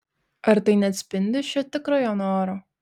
ar tai neatspindi šio tikrojo noro